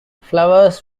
flowers